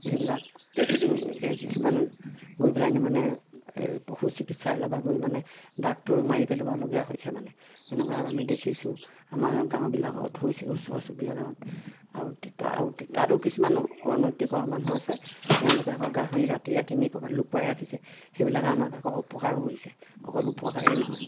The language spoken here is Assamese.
সেইবিলাক একে কিছুমান গৈ পেলাই নি মানে এই পশু চিকিৎসালয়ৰপৰা গৈ মানে ডাক্তৰো মাৰি পেলোৱা লগীয়া হৈছে মানে এনেকুৱা আমি দেখিছোঁ আমাৰ গাঁওবিলাকত হৈছে ওচৰ চুবুৰীয়া গাঁৱত আৰু তিতা আৰু তিতাটো কিছুমান অন্যতিকৰ মানুহ আছে তেওঁলোকে আকৌ গাহৰি ৰাতি ৰাতি নি ক'ৰবাত লুকুৱাই ৰাখিছে সেইবিলাকে আমাক আকৌ অপকাৰো কৰিছে অকল উপকাৰেই নহয়